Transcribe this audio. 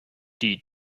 die